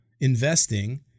investing